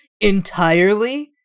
entirely